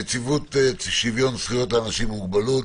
נציבות שוויון זכויות לאנשים עם מוגבלות,